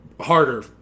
harder